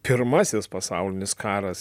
pirmasis pasaulinis karas